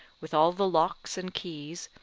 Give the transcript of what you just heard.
with all the locks and keys,